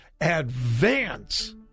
advance